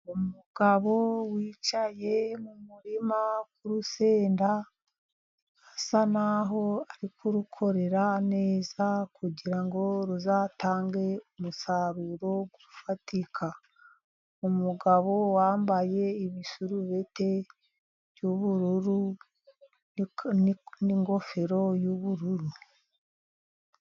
Umugabo wicaye mu murima w'urusenda, asa naho ari kurukorera neza, kugira ngo ruzatange umusaruro ufatika. Umugabo wambaye ibisurubeti by'ubururu n'ingofero y'ubururu.